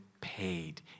paid